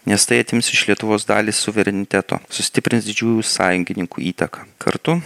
nes tai atims iš lietuvos dalį suvereniteto sustiprins didžiųjų sąjungininkų įtaką kartu